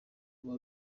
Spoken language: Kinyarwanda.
ruba